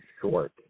Short